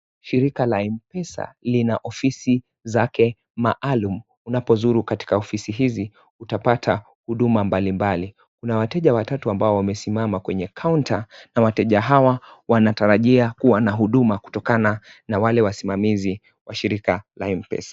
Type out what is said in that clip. Shirika la Mpesa lina ofisi zake maalum unapozuru katika ofisi hizi utapata, huduma mbalimbali. Kuna wateja watatu ambao wamesimama kwenye counter na wateja hawa wanatarajia kuwa na huduma kutokana na wale wasimamizi wa shirika la Mpesa.